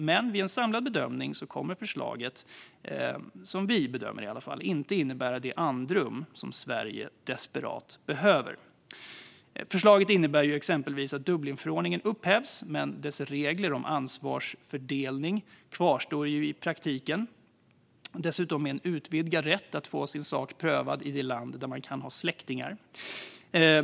Men vår samlade bedömning är att förslaget inte kommer att innebära det andrum som Sverige desperat behöver. Förslaget innebär exempelvis att Dublinförordningen upphävs. Men dess regler om ansvarsfördelning kvarstår i praktiken, dessutom med utvidgad rätt att få sin sak prövad i ett land där man kan ha släktingar.